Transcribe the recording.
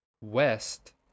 west